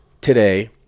today